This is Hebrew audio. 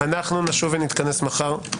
אנחנו נשוב ונתכנס מחר.